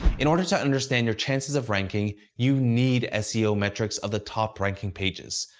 in order to understand your chances of ranking, you need ah seo metrics of the top-ranking pages.